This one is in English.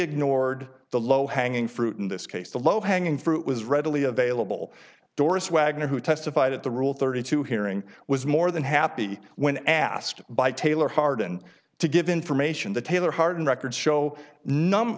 ignored the low hanging fruit in this case the low hanging fruit was readily available doris wagner who testified at the rule thirty two hearing was more than happy when asked by taylor harden to give information that taylor hardin records show numb